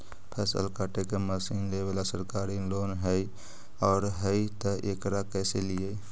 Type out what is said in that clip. फसल काटे के मशीन लेबेला सरकारी लोन हई और हई त एकरा कैसे लियै?